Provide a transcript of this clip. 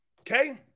Okay